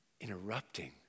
Interrupting